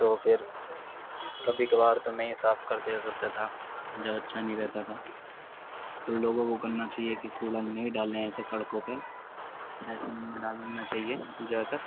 تو پھر کبھی کبھار تو میں ہی صاف کردیا کرتا تھا جب اچھا نہیں رہتا تھا تو لوگوں کو کرنا چاہیے کہ کوڑا نہیں ڈالیں ایسے سڑکوں پہ ڈسٹ بن میں ڈالنا چاہیے زیادہ تر